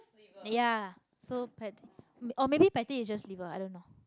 ya so pat oh maybe pate is just liver I don't know